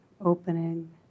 opening